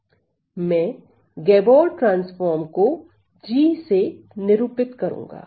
मैं Gabor transform को G से निरूपित करूंगा